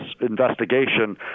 investigation